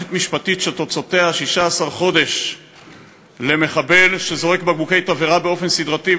מערכת משפטית שתוצאותיה 16 חודש למחבל שזורק בקבוקי תבערה באופן סדרתי,